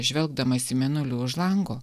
žvelgdamas į mėnulį už lango